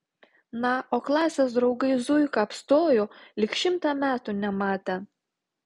na o klasės draugai zuiką apstojo lyg šimtą metų nematę